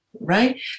right